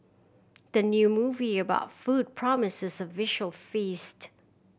the new movie about food promises a visual feast